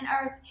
earth